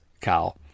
Kyle